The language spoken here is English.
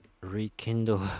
rekindle